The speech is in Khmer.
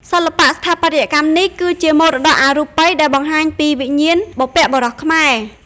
សិល្បៈស្ថាបត្យកម្មនេះគឺជាមរតកអរូបិយដែលបង្ហាញពីវិញ្ញាណបុព្វបុរសខ្មែរ។